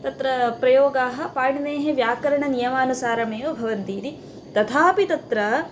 तत्र प्रयोगाः पाणिनेः व्याकरणनियमानुसारमेव भवन्ति इति तथापि तत्र